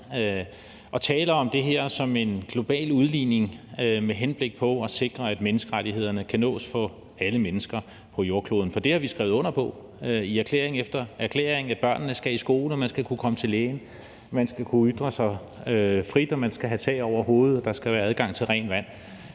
og tale om det her som en global udligning med henblik på at sikre, at menneskerettighederne kan nås af alle mennesker på jordkloden. For vi har skrevet under på i erklæring efter erklæring, at børnene skal i skole, at man skal kunne komme til lægen, at man skal kunne ytre sig frit, at man skal have tag over hovedet, og at der skal være adgang til rent vand.